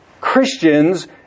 Christians